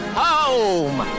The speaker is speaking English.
home